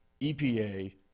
EPA